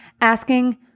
asking